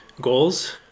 goals